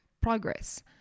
progress